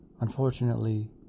Unfortunately